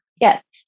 Yes